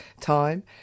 time